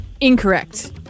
Incorrect